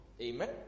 amen